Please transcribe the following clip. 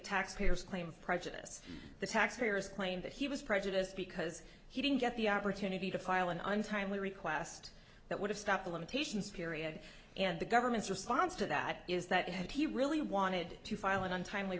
taxpayers claim prejudice the taxpayers claim that he was prejudiced because he didn't get the opportunity to file an untimely request that would have stopped the limitations period and the government's response to that is that had he really wanted to file an untime